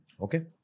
Okay